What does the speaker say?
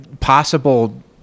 possible